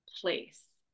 place